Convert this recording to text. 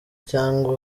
cyangwa